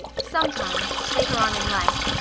some time later on in life.